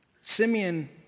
Simeon